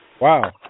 Wow